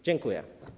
Dziękuję.